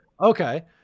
Okay